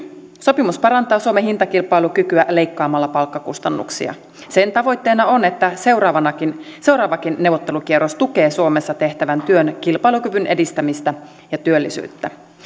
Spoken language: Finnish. sopimus parantaa suomen hintakilpailukykyä leikkaamalla palkkakustannuksia sen tavoitteena on että seuraavakin seuraavakin neuvottelukierros tukee suomessa tehtävän työn kilpailukyvyn edistämistä ja työllisyyttä